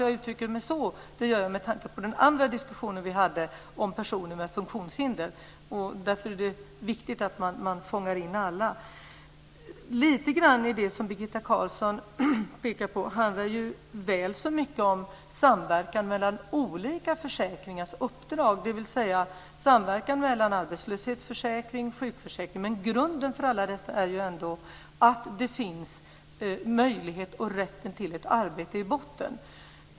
Jag uttrycker mig så med tanke på den diskussion vi hade om personer med funktionshinder. Därför är det viktigt att man fångar in alla. Lite grann av det som Birgitta Carlsson pekade på handlar väl så mycket om samverkan mellan olika försäkringars uppdrag, dvs. samverkan mellan arbetslöshetsförsäkring och sjukförsäkring. Men grunden för alla dessa är att möjligheten och rätten till ett arbete finns i botten.